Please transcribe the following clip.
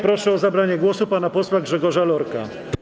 Proszę o zabranie głosu pana posła Grzegorza Lorka.